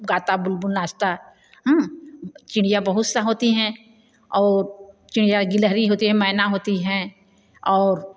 गाता बुलबुल नाचता चिड़िया बहुत सा होती हैं और चिड़िया गिलहरी होती है मैना होती हैं और